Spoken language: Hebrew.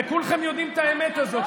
וכולכם יודעים את האמת הזאת.